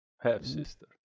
Half-sister